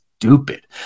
stupid